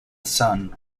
son